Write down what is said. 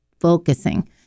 focusing